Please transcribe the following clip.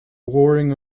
warring